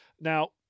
Now